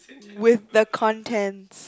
with the contents